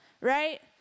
right